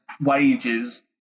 wages